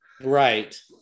right